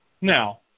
Now